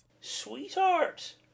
Sweetheart